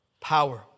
power